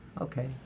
Okay